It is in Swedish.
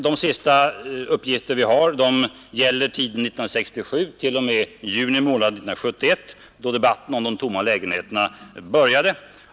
De senaste uppgifter som vi har gäller tiden från 1967 t.o.m. juni månad 1971, då debatten om de tomma lägenheterna började.